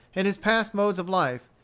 and his past modes of life,